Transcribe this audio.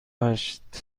هشت